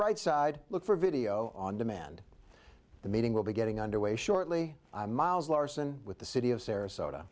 right side look for video on demand the meeting will be getting underway shortly miles larsen with the city of sarasota